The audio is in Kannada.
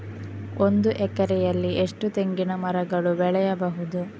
ಒಂದು ಎಕರೆಯಲ್ಲಿ ಎಷ್ಟು ತೆಂಗಿನಮರಗಳು ಬೆಳೆಯಬಹುದು?